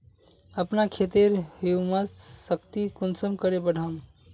अपना खेतेर ह्यूमस शक्ति कुंसम करे बढ़ाम?